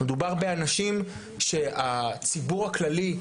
מדובר באנשים שהציבור הכללי,